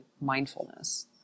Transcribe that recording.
mindfulness